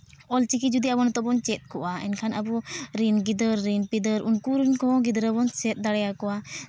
ᱚᱞᱪᱤᱠᱤ ᱡᱩᱫᱤ ᱟᱵᱚ ᱱᱤᱛᱚᱜ ᱵᱚᱱ ᱪᱮᱫ ᱠᱚᱜᱼᱟ ᱮᱱᱠᱷᱟᱱ ᱟᱵᱚ ᱨᱮᱱ ᱜᱤᱫᱟᱹᱨ ᱨᱮᱱ ᱯᱤᱫᱟᱹᱨ ᱩᱱᱠᱩ ᱨᱮᱱ ᱠᱚᱦᱚᱸ ᱜᱤᱫᱽᱨᱟᱹ ᱵᱚᱱ ᱪᱮᱫ ᱫᱟᱲᱮᱭᱟᱠᱚᱣᱟ